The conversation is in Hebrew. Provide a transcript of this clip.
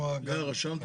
הראש.